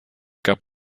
gab